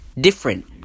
different